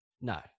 no